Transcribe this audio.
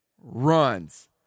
runs